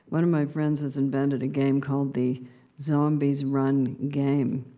one of my friends has invented a game called the zombies run game,